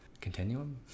continuum